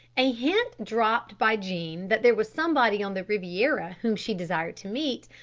a hint dropped by jean that there was somebody on the riviera whom she desired to meet,